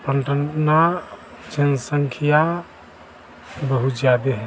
पन्थन ना जनसंख्या बहुत ज़्यादा है